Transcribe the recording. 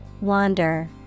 Wander